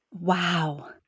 wow